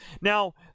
Now